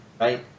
right